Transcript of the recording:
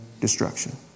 destruction